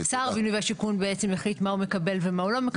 והשר בעצם יחליט מה הוא מקבל ומה הוא לא מקבל.